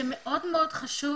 שמאוד מאוד חשוב